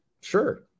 sure